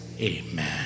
Amen